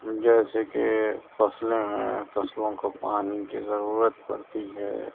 جیسے کہ فصلیں ہیں فصلوں کو پانی کی ضرورت پڑتی ہے